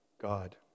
God